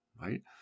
Right